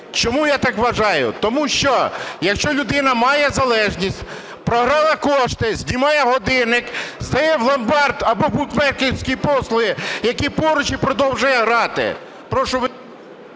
Чому я так вважаю? Тому що якщо людина має залежність, програла кошти, знімає годинник, здає в ломбард або в букмекерські послуги, які поруч, і продовжує грати.